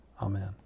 Amen